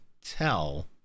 tell